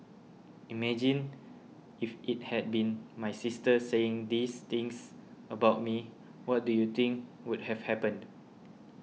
imagine if it had been my sister saying these things about me what do you think would have happened